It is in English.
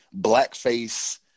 blackface